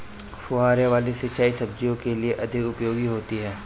फुहारे वाली सिंचाई सब्जियों के लिए अधिक उपयोगी होती है?